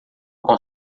com